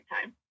time